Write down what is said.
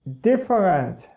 different